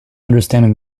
understanding